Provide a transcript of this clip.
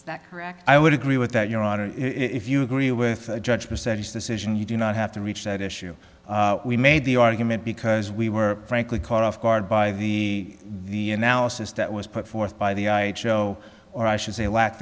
is that correct i would agree with that your honor if you agree with judge percentage decision you do not have to reach that issue we made the argument because we were frankly caught off guard by the the analysis that was put forth by the show or i should say lack